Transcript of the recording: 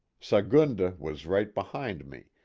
sagunda was right behind me,